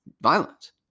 violence